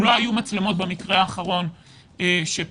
שאם לא היו מצלמות במקרה האחרון שפגשנו,